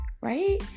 Right